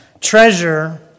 Treasure